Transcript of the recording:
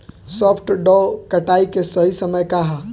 सॉफ्ट डॉ कटाई के सही समय का ह?